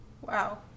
Wow